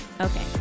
Okay